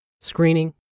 screening